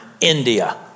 India